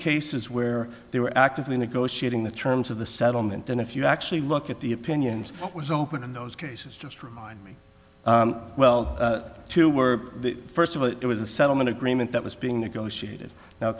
cases where they were actively negotiating the terms of the settlement and if you actually look at the opinions it was open in those cases just remind me well two were the first of it was the settlement agreement that was being negotiated now